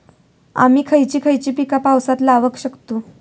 आम्ही खयची खयची पीका पावसात लावक शकतु?